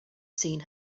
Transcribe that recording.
seen